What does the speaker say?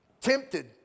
Tempted